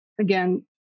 again